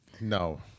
No